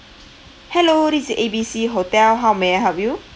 hello this is A B C hotel how may I help you